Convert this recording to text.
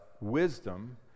wisdom